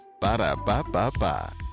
Ba-da-ba-ba-ba